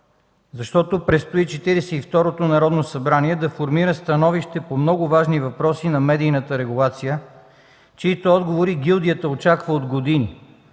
и второто Народно събрание да формира становище по много важни въпроси на медийната регулация, чиито отговори гилдията очаква от години.